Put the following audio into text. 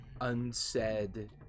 unsaid